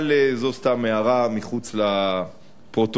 אבל זו סתם הערה מחוץ לפרוטוקול.